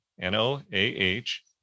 N-O-A-H